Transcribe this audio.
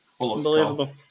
Unbelievable